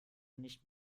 nicht